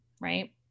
right